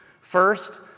First